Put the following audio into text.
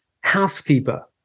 housekeeper